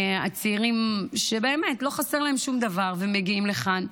של הצעירים שבאמת לא חסר להם שום דבר ומגיעים לכאן.